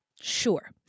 Sure